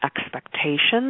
expectations